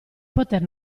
poter